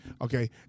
Okay